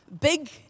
Big